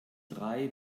drei